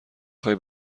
خوای